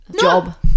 Job